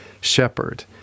shepherd